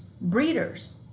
breeders